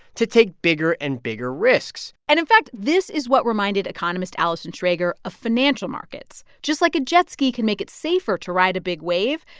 to take bigger and bigger risks and, in fact, this is what reminded economist allison schrager of financial markets. just like a jet ski can make it safer to ride a big wave,